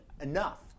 enough